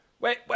wait